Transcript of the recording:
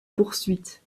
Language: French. poursuite